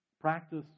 Practice